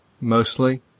mostly